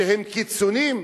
שהם קיצונים?